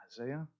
Isaiah